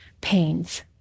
pains